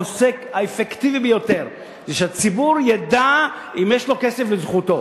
האפקטיבי ביותר זה שהציבור ידע אם יש לו כסף לזכותו.